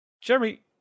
Jeremy